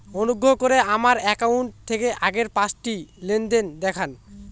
অনুগ্রহ করে আমার অ্যাকাউন্ট থেকে আগের পাঁচটি লেনদেন দেখান